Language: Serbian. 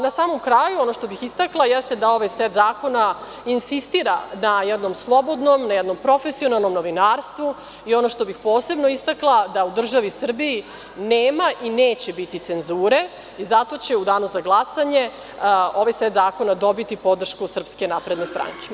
Na samom kraju, ono što bih istakla, jeste da ovaj set zakona insistira na jednom slobodnom, na jednom profesionalnom novinarstvu i ono što bi posebno istakla, da u državi Srbiji nema i neće biti cenzure i zato će u danu za glasanje ovaj set zakona dobiti podršku Srpske napredne stranke.